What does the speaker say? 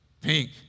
pink